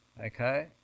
Okay